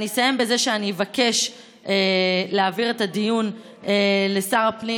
אני אסכם בזה שאני אבקש להעביר את הדיון לשר הפנים